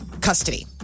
custody